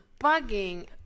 bugging